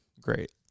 Great